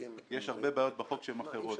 יש הרבה בעיות בחוק שהן אחרות.